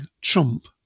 Trump